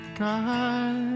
God